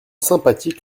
sympathique